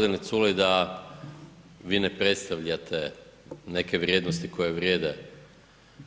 Sva sreća g. Culej da vi ne predstavljate neke vrijednosti koje vrijede